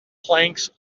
planks